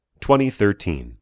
2013